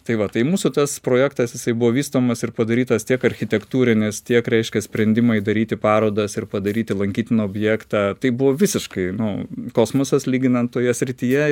tai va tai mūsų tas projektas jisai buvo vystomas ir padarytas tiek architektūrinis tiek reiškia sprendimai daryti parodas ir padaryti lankytiną objektą tai buvo visiškai nu kosmosas lyginant toje srityje